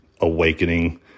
awakening